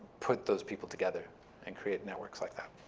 put those people together and create networks like that.